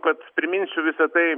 kad priminsiu visa tai